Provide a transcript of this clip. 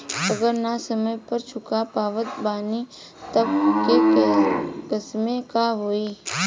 अगर ना समय पर चुका पावत बानी तब के केसमे का होई?